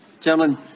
Gentlemen